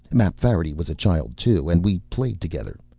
mapfarity was a child, too, and we played together.